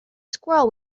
squirrel